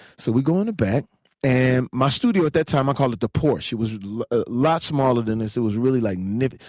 so we go in the back and my studio at that time, i call it the porsche. it was a lot smaller than this. it was really like nippy.